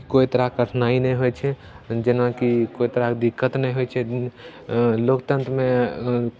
कोइ तरहके कठिनाइ नहि होइ छै जेना कि कोइ तरहके दिक्कत नहि होइ छै लोकतन्त्रमे